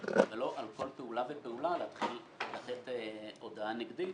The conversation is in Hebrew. ולא על כל פעולה ופעולה להתחיל לתת הודעה נגדית.